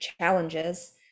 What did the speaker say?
challenges